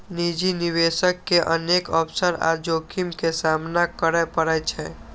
निजी निवेशक के अनेक अवसर आ जोखिम के सामना करय पड़ै छै